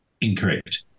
Incorrect